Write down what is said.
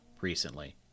recently